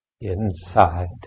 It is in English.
inside